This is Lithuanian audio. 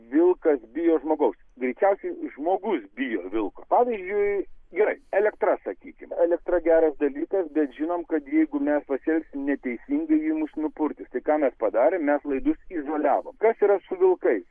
vilkas bijo žmogaus greičiausiai žmogus bijo vilko pavyzdžiui elektra sakykim elektra geras dalykas bet žinom kad jeigu mes paielgsim neteisingai ji mus nupurtyts tai ką mes padarėm mes laidus įzoliavom kas yra su vilkais